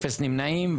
אפס נמנעים.